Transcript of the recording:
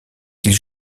ils